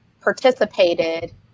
participated